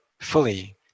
fully